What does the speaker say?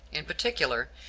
in particular,